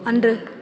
அன்று